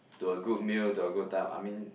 to a good meal to a good time I mean